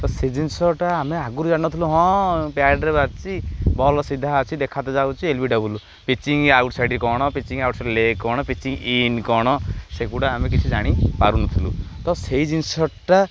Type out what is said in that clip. ତ ସେ ଜିନିଷଟା ଆମେ ଆଗରୁ ଜାଣିନଥିଲୁ ହଁ ପ୍ୟାଡ଼ରେ ବାହାରିଛି ଭଲ ସିଧା ଅଛି ଦେଖା ତ ଯାଉଛି L B W pitching outside କ'ଣ ପିଚିଙ୍ଗ ଆଉଟ ସାଇଡ଼୍ ଲେ କ'ଣ ପିଚିଙ୍ଗ ଇନ୍ କ'ଣ ସେଗୁଡ଼ା ଆମେ କିଛି ଜାଣିପାରୁନଥିଲୁ ତ ସେଇ ଜିନିଷଟା